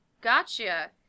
Gotcha